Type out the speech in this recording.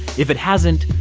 if it hasn't,